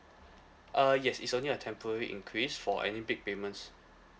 uh yes it's only a temporary increase for any big payments